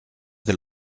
del